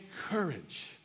courage